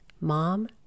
mom